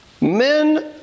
Men